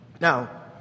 Now